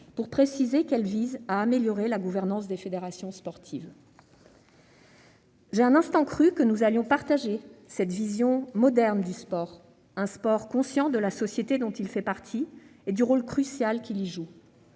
pour préciser qu'elle vise à « améliorer la gouvernance des fédérations sportives ». J'ai un instant cru que nous allions partager cette vision moderne d'un sport conscient de la société dont il fait partie et du rôle crucial qu'il y joue